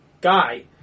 guy